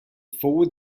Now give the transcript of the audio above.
forward